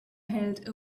held